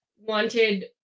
wanted